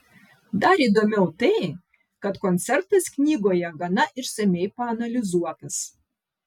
dar įdomiau tai kad koncertas knygoje gana išsamiai paanalizuotas